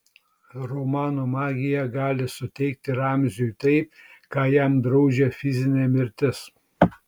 romano magija gali suteikti ramziui tai ką jam draudžia fizinė mirtis